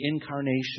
incarnation